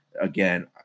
Again